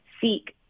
seek